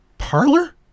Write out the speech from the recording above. parlor